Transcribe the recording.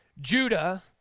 Judah